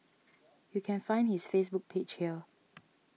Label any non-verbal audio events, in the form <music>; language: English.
<noise> you can find his Facebook page here